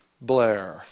Blair